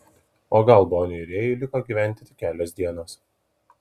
o gal doniui rėjui liko gyventi tik kelios dienos